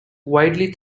widely